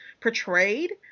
portrayed